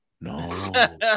No